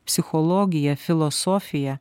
psichologija filosofija